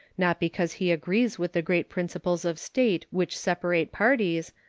not because he agrees with the great principles of state which separate parties,